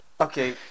okay